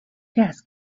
gas